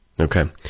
Okay